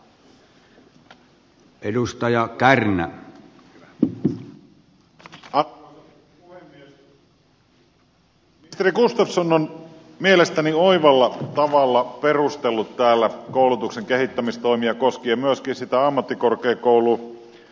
ministeri gustafsson on mielestäni oivalla tavalla perustellut täällä koulutuksen kehittämistoimia koskien myöskin sitä ammattikorkeakoulua